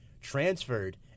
transferred